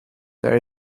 there